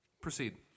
Proceed